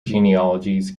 genealogies